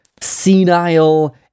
senile